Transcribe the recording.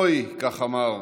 אוי" כך אמר,